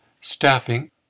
staffing